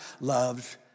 loves